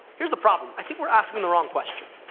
here's the problem. i think we're asking the wrong question.